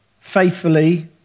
faithfully